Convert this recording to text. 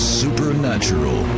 supernatural